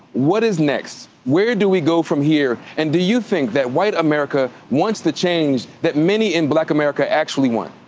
what is next. where do we go from here? and do you think that white america wants the change that many in black america actually want?